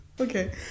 okay